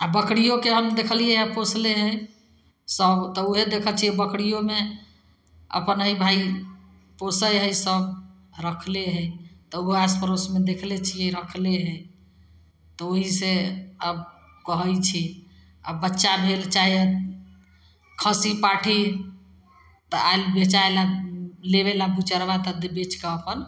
आओर बकरिओके हम देखलिए हँ पोसले हइ सभ तऽ ओहै देखै छिए बकरिओमे अपन अइ भाइ पोसै हइ सभ रखलै हइ तऽ ओ आसपड़ोसमे देखले छिए रखलै हइ तऽ ओहिसँ अब कहै छी आओर बच्चा भेल चाहे खस्सी पाठी तऽ आएल बेचै आएल लेबैलए बुचरबा तऽ बेचिकऽ अपन